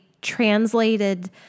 translated